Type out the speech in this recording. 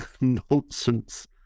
nonsense